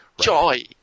joy